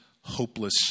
hopeless